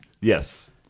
yes